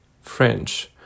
French